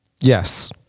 Yes